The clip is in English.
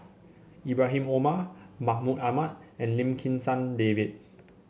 Ibrahim Omar Mahmud Ahmad and Lim Kim San David